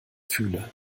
fühle